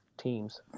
teams